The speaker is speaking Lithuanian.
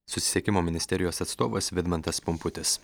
susisiekimo ministerijos atstovas vidmantas pumputis